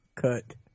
Cut